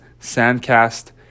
SANDCAST